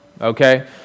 Okay